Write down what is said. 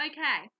Okay